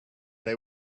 they